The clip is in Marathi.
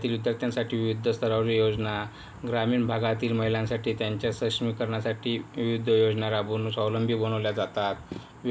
राज्यातील विद्यार्थ्यांसाठी विविध स्तरावर योजना ग्रामीण भागातील महिलांसाठी त्यांच्या सक्षमीकरणासाठी विविध योजना राबून स्वावलंबी बनवल्या जातात